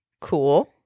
cool